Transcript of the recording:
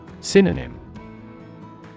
Synonym